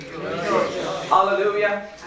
Hallelujah